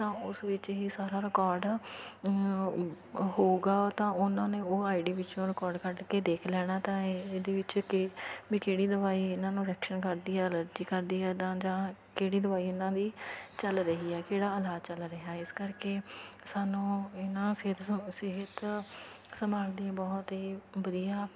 ਤਾਂ ਉਸ ਵਿੱਚ ਹੀ ਸਾਰਾ ਰਿਕੋਰਡ ਹੋਊਗਾ ਤਾਂ ਉਹਨਾਂ ਨੇ ਉਹ ਆਈਡੀ ਵਿੱਚ ਰਿਕੋਰਡ ਕੱਢ ਕੇ ਦੇਖ ਲੈਣਾ ਤਾਂ ਇਹਦੇ ਵਿੱਚ ਕਿ ਵੀ ਕਿਹੜੀ ਦਵਾਈ ਇਹਨਾਂ ਨੂੰ ਰਿਐਕਸ਼ਨ ਕਰਦੀ ਹੈ ਐਲਰਜੀ ਕਰਦੀ ਹੈ ਇੱਦਾਂ ਜਾਂ ਕਿਹੜੀ ਦਵਾਈ ਇਹਨਾਂ ਦੀ ਚੱਲ ਰਹੀ ਹੈ ਕਿਹੜਾ ਇਲਾਜ ਚੱਲ ਰਿਹਾ ਇਸ ਕਰਕੇ ਸਾਨੂੰ ਇਹਨਾਂ ਸਿਹਤ ਸੰਭਾਲ ਦੀ ਬਹੁਤ ਹੀ ਵਧੀਆ